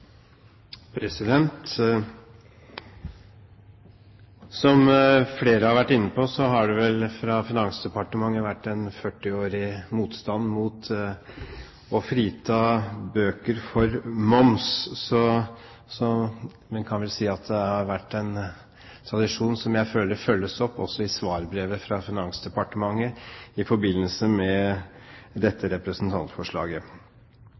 Som flere har vært inne på, har det fra Finansdepartementet vært en 40-årig motstand mot å frita bøker for moms. Så en kan vel si at det er en tradisjon som jeg føler blir fulgt opp også i svarbrevet fra Finansdepartementet i forbindelse med